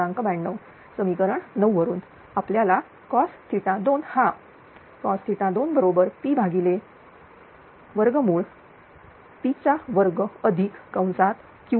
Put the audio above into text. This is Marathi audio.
92 समीकरण 9 वरून आपल्याला cos2 हा cos2 Pp2212 बरोबर मिळेल